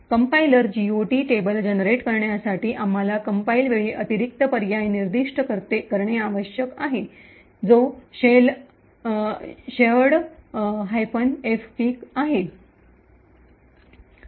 compiler GOT table generate करण्यासाठी आम्हाला compile वेळी अतिरिक्त पर्याय निर्दिष्ट करणे आवश्यक आहे जो शेअर्ड एफपीक shared -fpic आहे